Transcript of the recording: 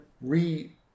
re